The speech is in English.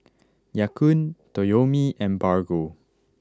Ya Kun Toyomi and Bargo